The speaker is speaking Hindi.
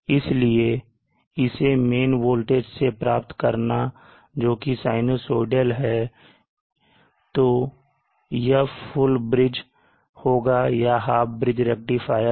इसलिए इसे मेन वोल्टेज से प्राप्त करना जो कि sinusoidal है तू या तो यह पुल ब्रिज होगा या आप ब्रिज रेक्टिफायर होगा